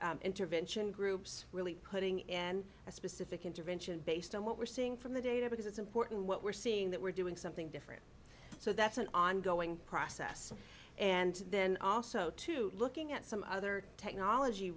intervention groups really putting in a specific intervention based on what we're seeing from the data because it's important what we're seeing that we're doing something different so that's an ongoing process and then also to looking at some other technology